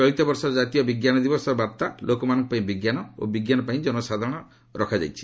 ଚଳିତ ବର୍ଷର ଜାତୀୟ ବିଜ୍ଞାନ ଦିବସର ବାର୍ତ୍ତା ଲୋକମାନଙ୍କପାଇଁ ବିଜ୍ଞାନ ଓ ବିଜ୍ଞାନପାଇଁ ଜନସାଧାରଣ ରହିଛି